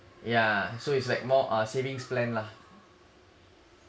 yeah so it's like more uh savings plan lah